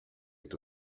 est